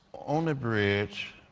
on the bridge,